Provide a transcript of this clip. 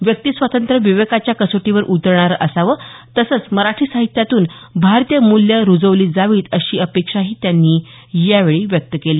व्यक्तीस्वातंत्र्य विवेकाच्या कसोटीवर उतरणारं असावं तसंच मराठी साहित्यातून भारतीय मूल्य रूजवली जावीत अशी अपेक्षाही त्यांनी यावेळी व्यक्त केली